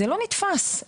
זה לא נתפס בעיניו ככה.